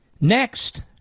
Next